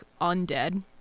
undead